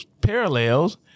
parallels